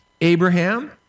Abraham